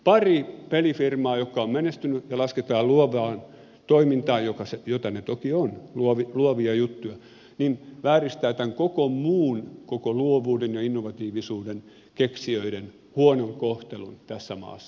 pari pelifirmaa jotka ovat menestyneet ja lasketaan luovaan toimintaan jota ne toki ovat luovia juttuja vääristää tämän koko muun asian koko luovuuden ja innovatiivisuuden keksijöiden huonon kohtelun tässä maassa